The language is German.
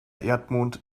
erdmond